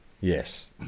Yes